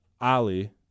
Ali